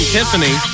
Tiffany